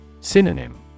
Synonym